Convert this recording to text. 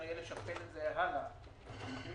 שאפשר יהיה לשכפל את זה הלאה למקרים נוספים,